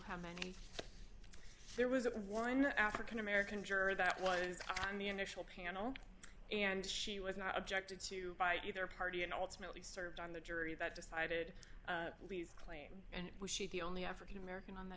how many there was a one african american juror that was on the initial panel and she was not objected to by either party and ultimately served on the jury that decided lee's claim and it was she the only african american on th